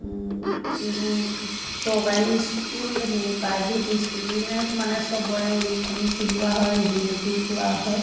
এইবোৰ চৰকাৰী স্কুল সেই প্ৰাইভেট স্কুল বুলি নাই মানে চবৰে ইউনিফৰ্ম চিলোৱা হয় ৰেডিমেটো পোৱা হয়